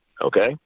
Okay